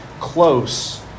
close